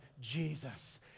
Jesus